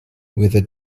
whether